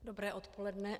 Dobré odpoledne.